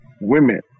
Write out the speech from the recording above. women